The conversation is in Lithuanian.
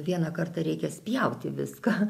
vieną kartą reikia spjauti viską